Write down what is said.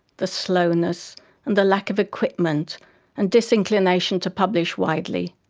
the slowness and the lack of equipment and disinclination to publish widely.